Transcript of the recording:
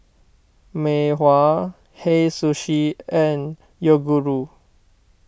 Mei Hua Hei Sushi and Yoguru